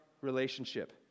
relationship